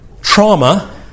trauma